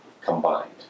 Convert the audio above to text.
Combined